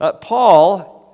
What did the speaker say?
Paul